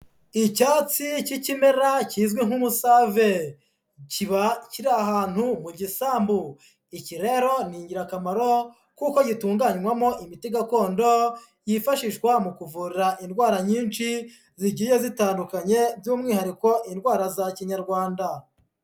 Icyatsi cy'ikimera kizwi nk'umusave. Kiba kiri ahantu mu gisambu. Iki rero ni ingirakamaro kuko gitunganywamo imiti gakondo, yifashishwa mu kuvura indwara nyinshi zigiye zitandukanye by'umwihariko indwara za kinyarwanda.